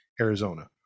Arizona